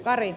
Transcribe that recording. kari